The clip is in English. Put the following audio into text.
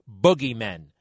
boogeymen